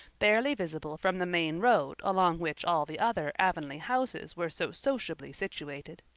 barely visible from the main road along which all the other avonlea houses were so sociably situated.